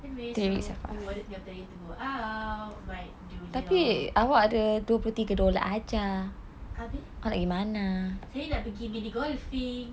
two weeks to planning a day to go out like do you know abeh saya nak pergi golfing